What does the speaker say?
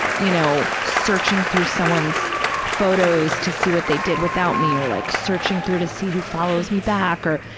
you know, searching through someone's photos to see what they did without me, or like searching through to see who follows me back, or,